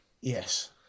Yes